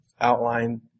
outline